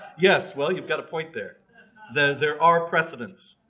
yes well you've got a point there there there are precedents